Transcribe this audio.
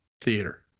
Theater